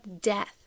death